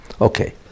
Okay